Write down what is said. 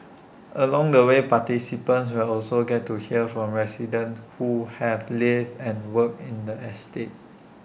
along the way participants will also get to hear from residents who have lived and worked in the estate